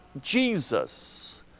Jesus